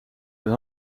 dat